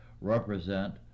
represent